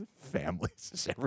families